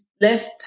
left